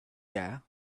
were